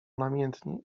namiętnie